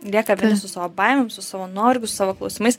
lieka su savo baimėm su savo nuovargiu su savo klausimais